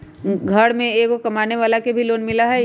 घर में एगो कमानेवाला के भी लोन मिलहई?